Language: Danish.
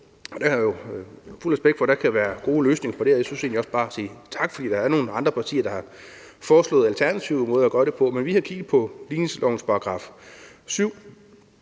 der kan være gode løsninger på det, og jeg vil egentlig også bare sige tak for, at der er nogle andre partier, der har foreslået alternative måder at gøre det på. Vi har kigget på ligningslovens § 7,